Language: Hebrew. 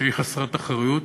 שהיא חסרת אחריות,